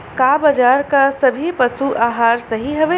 का बाजार क सभी पशु आहार सही हवें?